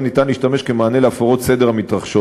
ניתן להשתמש כמענה להפרות הסדר המתרחשות.